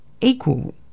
equal